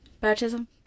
Baptism